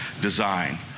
design